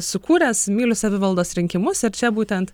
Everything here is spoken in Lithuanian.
sukūręs myliu savivaldos rinkimus ir čia būtent